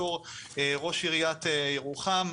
בתור ראש עיריית ירוחם,